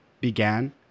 began